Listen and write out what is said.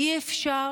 אי-אפשר